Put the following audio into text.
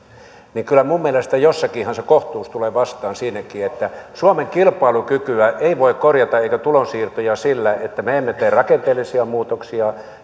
kyllä minun mielestäni jossakin se kohtuus tulee vastaan siinäkin suomen kilpailukykyä tai tulonsiirtoja ei voi korjata sillä että me emme tee rakenteellisia muutoksia